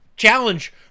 challenge